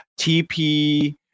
tp